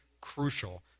crucial